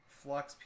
flux